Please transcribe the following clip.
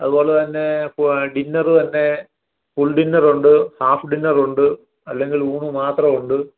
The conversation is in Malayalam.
അതുപോലെ തന്നെ ഡിന്നറ് തന്നെ ഫുൾ ഡിന്നറുണ്ട് ഹാഫ് ഡിന്നറുണ്ട് അല്ലെങ്കിൽ ഊണ് മാത്രമുണ്ട്